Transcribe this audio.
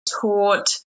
taught